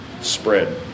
spread